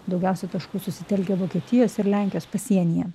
daugiausia taškų susitelkę vokietijos ir lenkijos pasienyje